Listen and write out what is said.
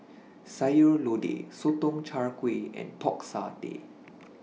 Sayur Lodeh Sotong Char Kway and Pork Satay